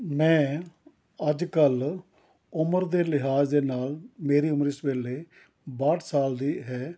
ਮੈਂ ਅੱਜ ਕੱਲ੍ਹ ਉਮਰ ਦੇ ਲਿਹਾਜ਼ ਦੇ ਨਾਲ ਮੇਰੀ ਉਮਰ ਇਸ ਵੇਲੇ ਬਾਹਠ ਸਾਲ ਦੀ ਹੈ